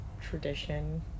tradition